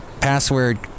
password